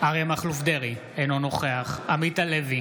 אריה מכלוף דרעי, אינו נוכח עמית הלוי,